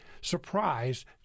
surprised